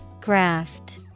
Graft